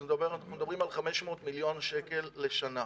אז מדברים על 500 מיליון שקלים לשנה.